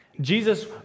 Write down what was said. Jesus